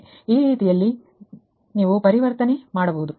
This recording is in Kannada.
ಈ ರೀತಿಯಲ್ಲಿ ನೀವು ಇದನ್ನು ಪರಿವರ್ತನೆಮಾಡುವಿರಿ